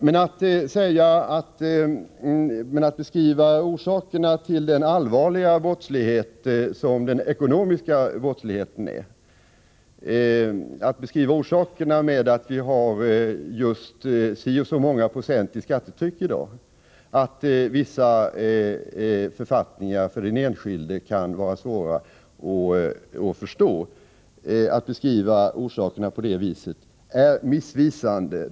När Ulf Adelsohn i sin beskrivning av orsakerna till den allvarliga brottslighet som den ekonomiska brottsligheten är talar om att vi i dag har si och så många procents skattetryck och att vissa författningar kan vara svåra att förstå för den enskilde ger han emellertid en missvisande bild.